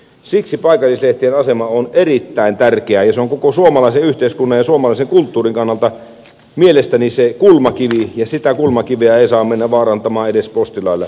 siksi paikallislehtien asema on erittäin tärkeä ja se on koko suomalaisen yhteiskunnan ja suomalaisen kulttuurin kannalta mielestäni se kulmakivi ja sitä kulmakiveä ei saa mennä vaarantamaan edes postilailla